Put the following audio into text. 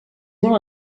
molt